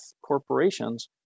corporations